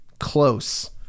Close